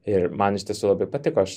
ir man iš tiesų labai patiko aš